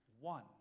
one